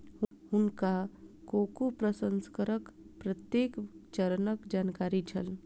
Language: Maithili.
हुनका कोको प्रसंस्करणक प्रत्येक चरणक जानकारी छल